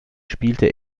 spielte